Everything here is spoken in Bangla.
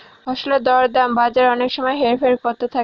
ফসলের দর দাম বাজারে অনেক সময় হেরফের করতে থাকে